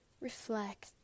reflect